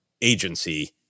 agency